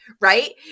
Right